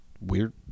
weird